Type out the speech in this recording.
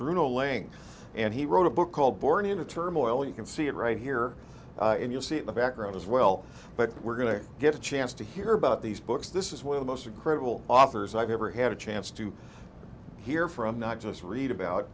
laying and he wrote a book called born into turmoil you can see it right here and you'll see the background as well but we're going to get a chance to hear about these books this is where the most incredible authors i've ever had a chance to hear from not just read about